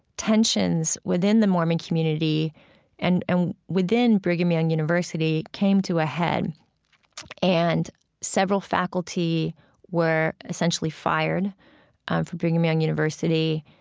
tensions within the mormon community and and within brigham young university came to a head and several faculty were essentially fired um from brigham young university